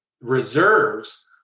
reserves